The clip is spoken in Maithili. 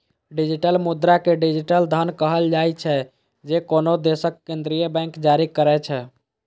डिजिटल मुद्रा कें डिजिटल धन कहल जाइ छै, जे कोनो देशक केंद्रीय बैंक जारी करै छै